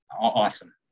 awesome